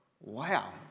wow